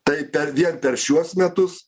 tai per vien per šiuos metus